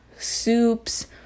soups